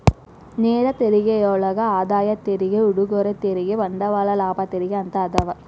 ನೇರ ತೆರಿಗೆಯೊಳಗ ಆದಾಯ ತೆರಿಗೆ ಉಡುಗೊರೆ ತೆರಿಗೆ ಬಂಡವಾಳ ಲಾಭ ತೆರಿಗೆ ಅಂತ ಅದಾವ